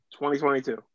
2022